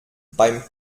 beim